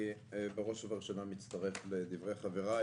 בראש ובראשונה אני מצטרף לדברי חבריי.